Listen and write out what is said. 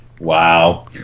Wow